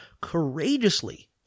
courageously